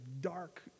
dark